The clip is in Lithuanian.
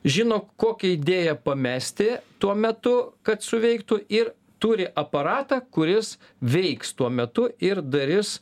žino kokią idėją pamesti tuo metu kad suveiktų ir turi aparatą kuris veiks tuo metu ir daris